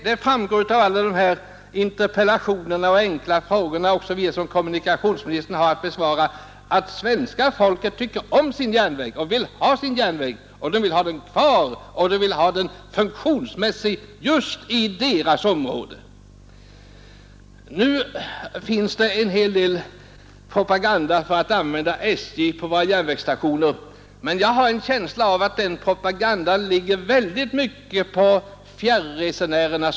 Det framgår av alla interpellationer och enkla frågor som kommunikationsministern har att besvara att svenska folket tycker om sin järnväg och önskar ha den kvar, och därför vill man ha den funktionsduglig. På våra järnvägsstationer bedrivs en hel del propaganda för att människorna skall utnyttja SJ, men jag har en känsla av att den propagandan i hög grad riktar sig till fjärresenärerna.